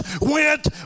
went